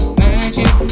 magic